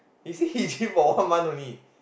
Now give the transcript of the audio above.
he say he gym for one month only